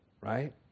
right